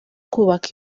kubaka